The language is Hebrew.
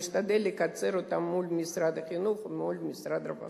אנחנו נשתדל לקצר אותו מול משרד החינוך ומול משרד הרווחה.